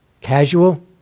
Casual